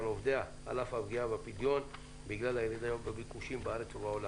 עובדיה על אף הפגיעה בפדיון בגלל הירידה בביקושים בארץ ובעולם.